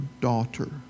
daughter